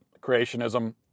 creationism